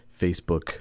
Facebook